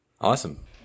Awesome